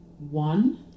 One